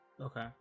okay